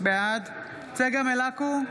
בעד צגה מלקו,